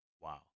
Wow